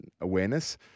awareness